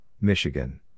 Michigan